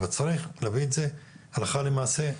אבל צריך להביא את זה הלכה למעשה.